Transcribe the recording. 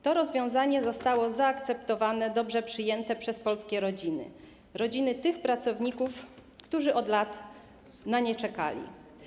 To rozwiązanie zostało zaakceptowane, dobrze przyjęte przez polskie rodziny, rodziny tych pracowników, którzy od lat na nie czekali.